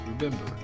remember